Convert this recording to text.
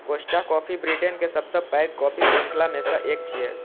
Costa Coffee Britain के सबसं पैघ कॉफी शृंखला मे सं एक छियै